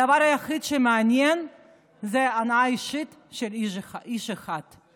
הדבר היחיד שמעניין זו הנאה אישית של איש איש אחד.